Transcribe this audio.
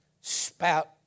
spout